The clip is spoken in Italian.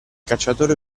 cacciatore